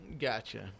gotcha